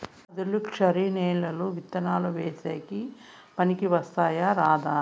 ఆధులుక్షరి నేలలు విత్తనాలు వేసేకి పనికి వస్తాయా రాదా?